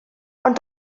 ond